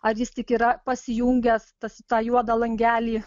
ar jis tik yra pasijungęs tas tą juodą langelį